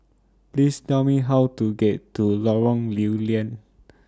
Please Tell Me How to get to Lorong Lew Lian